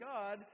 God